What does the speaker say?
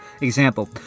example